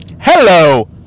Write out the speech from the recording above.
Hello